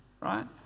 Right